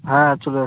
হ্যাঁ চলে আস